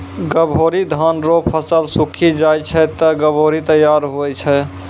गभोरी धान रो फसल सुक्खी जाय छै ते गभोरी तैयार हुवै छै